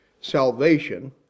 salvation